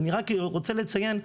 אני רק רוצה לציין,